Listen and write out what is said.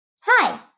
Hi